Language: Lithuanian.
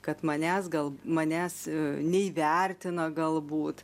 kad manęs gal manęs neįvertina galbūt